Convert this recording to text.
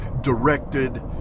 directed